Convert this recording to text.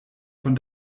von